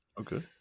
Okay